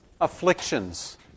afflictions